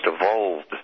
evolved